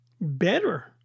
better